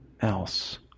else